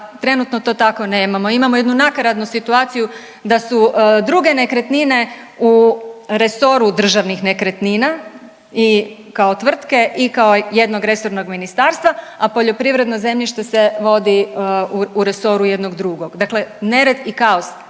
trenutno to tako nemamo. Imamo jednu nakaradnu situaciju da su druge nekretnine u resoru državnih nekretnina i kao tvrtke i kao jednog resornog ministarstva, a poljoprivredno zemljište se vodi u resoru jednog drugog. Dakle, nered i kaos